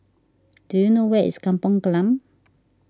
do you know where is Kampong Glam